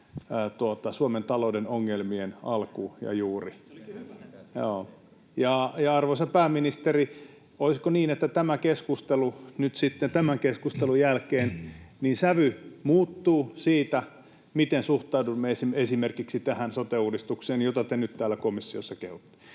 Suomen talouden ongelmien alku ja juuri. Ja arvoisa pääministeri, olisiko niin, että nyt sitten tämän keskustelun jälkeen sävy muuttuu siitä, miten suhtaudumme esimerkiksi tähän sote-uudistukseen, jota te nyt täällä komissiossa kehutte?